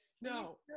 No